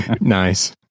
Nice